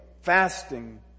fasting